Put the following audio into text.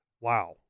Wow